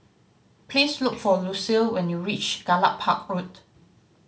please look for Lucile when you reach Gallop Park Road